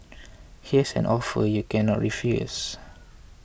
here's an offer you cannot refuse